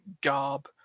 garb